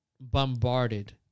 bombarded